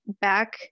back